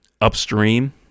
upstream